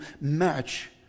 match